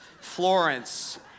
Florence